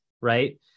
right